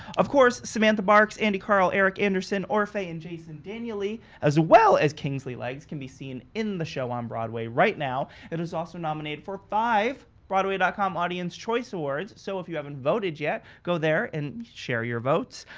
of course, samantha barks, andy karl, eric anderson, orfeh and jason danieley as well as kingsley leggs can be seen in the show on um broadway right now. it is also nominated for five broadway dot com audience choice awards, so if you haven't voted yet, go there and share your votes.